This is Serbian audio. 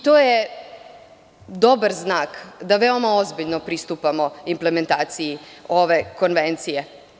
To je dobar znak da veoma ozbiljno pristupamo implementaciji ove konvencije.